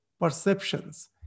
perceptions